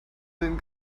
den